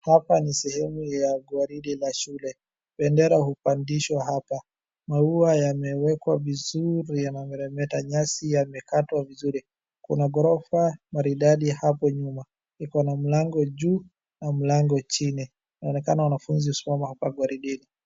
Hapa ni sehemu ya gwaride la shule, bendera hupandishwa hapa, maua yamewekwa vizuri yanamelemeta. Nyasi yamekatwa vizuri, kuna ghorofa maridadi hapo nyuma iko na mlango juu na mlango chini, inaonekana wanafunzi husimama hapa gwarideni.